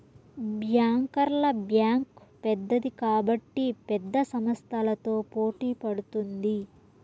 బ్యాంకర్ల బ్యాంక్ పెద్దది కాబట్టి పెద్ద సంస్థలతో పోటీ పడుతుంది